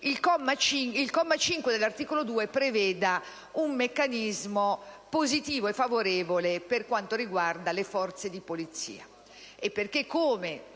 il comma 5 dell'articolo 2 prevede un meccanismo positivo e favorevole per quanto riguarda le Forze di polizia.